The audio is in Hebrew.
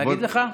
להגיד לך?